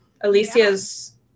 Alicia's